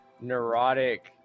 neurotic